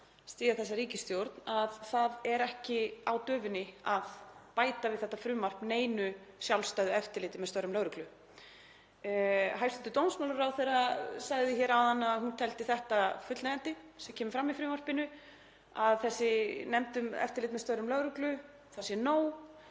styðja þessa ríkisstjórn að það er ekki á döfinni að bæta við þetta frumvarp neinu sjálfstæðu eftirliti með störfum lögreglu. Hæstv. dómsmálaráðherra sagði áðan að hún teldi þetta fullnægjandi sem kemur fram í frumvarpinu, að þessi nefnd um eftirlit með störfum lögreglu sé nóg,